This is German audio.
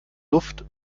luft